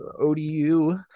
ODU